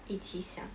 一起想